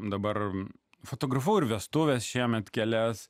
dabar fotografavau ir vestuves šiemet kelias